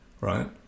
right